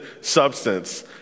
substance